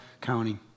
County